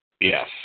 Yes